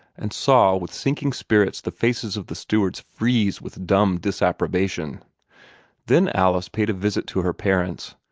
and saw with sinking spirits the faces of the stewards freeze with dumb disapprobation then alice paid a visit to her parents,